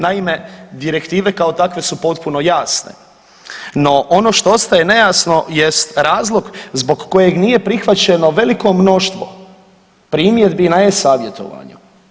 Naime, direktive kao takve su potpuno jasne, no ono što ostaje nejasno jest razlog zbog kojeg nije prihvaćeno veliko mnoštvo primjedbi na e-savjetovanju.